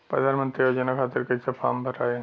प्रधानमंत्री योजना खातिर कैसे फार्म भराई?